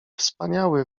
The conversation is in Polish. wspaniały